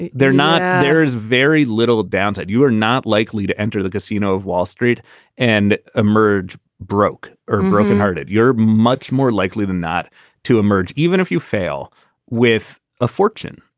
and they're not. there is very little downside. you are not likely to enter the casino of wall street and emerge broke or broken hearted. you're much more likely than not to emerge even if you fail with a fortune.